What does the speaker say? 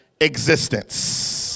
existence